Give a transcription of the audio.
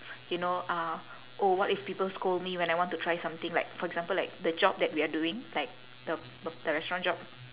you know uh oh what if people scold me when I want to try something like for example like the job that we are doing like the the restaurant job